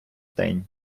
день